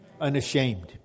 unashamed